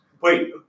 Wait